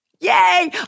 Yay